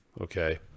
Okay